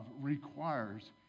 requires